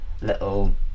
little